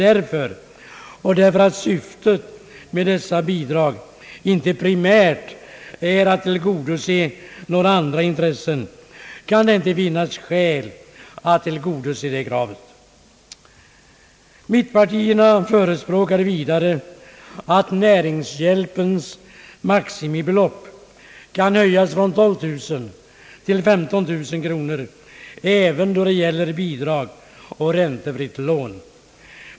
Av det skälet och därför att syftet med dessa bidrag inte primärt är att tillgodose några andra intressen kan det inte finnas skäl att tillgodose det kravet. Mittenpartierna förespråkar vidare att näringshjälpens maximibelopp skall höjas från 12 000 till 15 000 kronor även då det gäller bidrag och räntefritt lån.